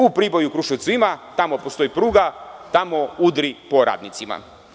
U Priboju i Kruševcu ima, tamo postoji pruga, tamo udri po radnicima.